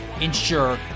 ensure